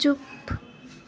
चुप